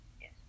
Yes